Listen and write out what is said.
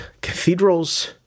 cathedrals